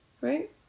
right